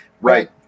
Right